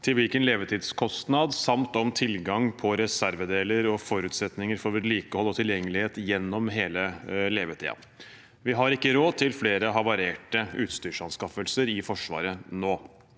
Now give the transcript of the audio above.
til hvilken levetidskostnad, samt om tilgangen på reservedeler og forutsetningene for vedlikehold og tilgjengelighet gjennom hele levetiden. Vi har ikke råd til flere havarerte utstyrsanskaffelser i Forsvaret nå.